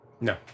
No